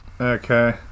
Okay